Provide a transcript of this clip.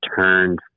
turned